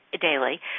daily